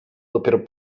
dopiero